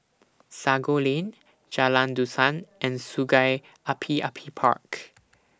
Sago Lane Jalan Dusan and Sungei Api Api Park